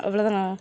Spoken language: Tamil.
அவ்வளோதானா